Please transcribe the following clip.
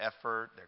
effort